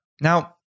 Now